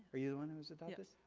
are you the one who's adopted?